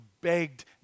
begged